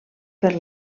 per